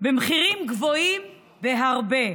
במחירים גבוהים בהרבה.